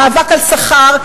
המאבק על שכר,